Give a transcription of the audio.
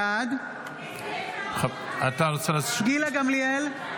בעד גילה גמליאל,